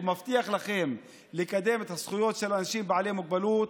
מבטיח לכם לקדם את הזכויות של האנשים בעלי המוגבלות?